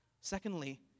Secondly